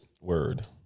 Word